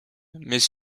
mais